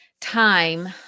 time